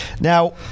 Now